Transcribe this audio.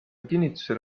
kinnitusel